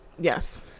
Yes